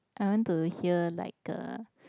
I want to hear like a